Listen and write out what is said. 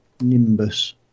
Nimbus